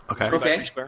Okay